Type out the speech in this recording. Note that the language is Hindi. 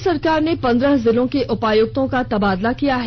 राज्य सरकार ने पंद्रह जिलों के उपायुक्तों का तबादला किया है